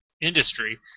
industry